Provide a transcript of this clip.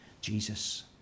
Jesus